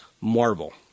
Marvel